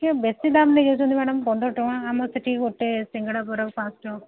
ଟିକେ ବେଶୀ ଦାମ୍ ନେଇଯାଉଛନ୍ତି ମ୍ୟାଡ଼ାମ୍ ପନ୍ଦର ଟଙ୍କା ଆମର ସେଠି ଗୋଟେ ସିଙ୍ଗଡ଼ା ବରାକୁ ପାଞ୍ଚ ଟଙ୍କା